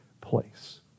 place